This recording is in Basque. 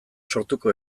sortuko